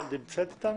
עסק.